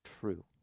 true